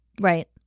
Right